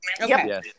Okay